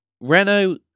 Renault